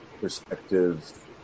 perspective